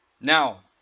Now